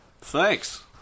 Thanks